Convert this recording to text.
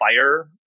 fire